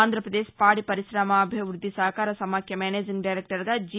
ఆంధ్రాప్రదేశ్ పాడిపరిశమాభివృద్ధి సహకార సమాఖ్య మేనేజింగ్ డైరెక్టర్గా జి